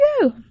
go